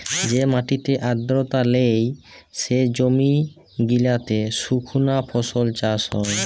যে মাটিতে আদ্রতা লেই, সে জমি গিলাতে সুকনা ফসল চাষ হ্যয়